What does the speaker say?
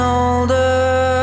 older